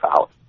out